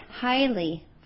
highly